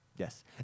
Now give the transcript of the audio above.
Yes